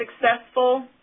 successful